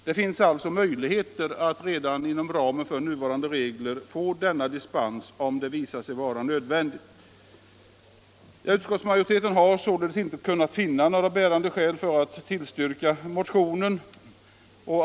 Det finns alltså möjligheter att redan inom ramen för nuvarande regler få denna dispens, om det visar sig vara nödvändigt. Utskottsmajoriteten har således inte kunnat finna några bärande skäl för att tillstyrka motionen.